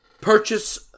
purchase